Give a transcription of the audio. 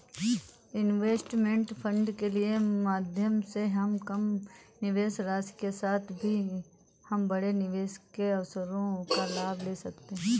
investment fund के माध्यम से हम कम निवेश राशि के साथ भी हम बड़े निवेश के अवसरों का लाभ ले सकते हैं